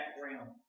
background